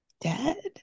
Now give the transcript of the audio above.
dead